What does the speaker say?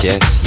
Yes